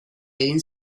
egin